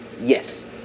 Yes